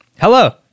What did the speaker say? Hello